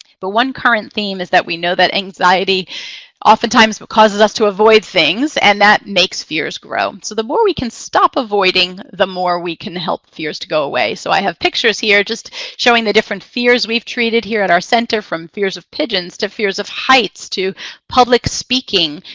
but one current theme is that we know that anxiety oftentimes but causes us to avoid things, and that makes fears grow. so the more we can stop avoiding, the more we can help fears to go away. so i have pictures here just showing the different fears we have treated here at our center, from fears of pigeons, to fears of heights, to public speaking,